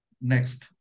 Next